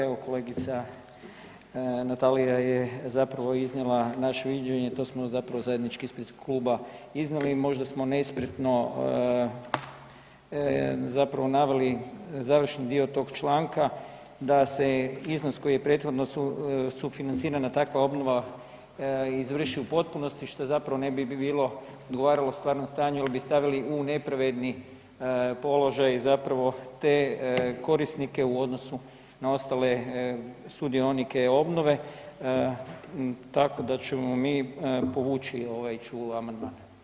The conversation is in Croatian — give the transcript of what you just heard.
Evo, kolegica Natalija je zapravo iznijela naš viđenje, to smo zapravo zajednički ispred kluba iznijeli i možda smo nespretno zapravo naveli završni dio tog članka da se iznos koji je prethodno sufinancirana takva obnova izvrši u potpunosti što zapravo ne bi bilo, odgovaralo stvarnom stanju jer bi stavili u nepravedni položaj zapravo te korisnike u odnosu na ostale sudionike obnove, tako da ćemo mi povući, ovaj ću amandman.